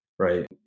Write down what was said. Right